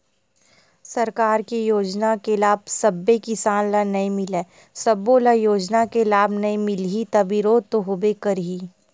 सरकार के योजना के लाभ सब्बे किसान ल नइ मिलय, सब्बो ल योजना के लाभ नइ मिलही त बिरोध तो होबे करही